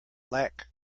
lack